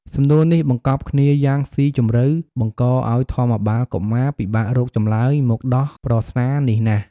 សំណួរនេះបង្កប់គ្នាយ៉ាងស៊ីជម្រៅ បង្កឱ្យធម្មបាលកុមារពិបាករកចម្លើយមកដោះប្រស្នានេះណាស់។